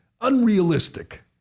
unrealistic